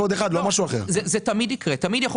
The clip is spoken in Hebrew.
אתה יודע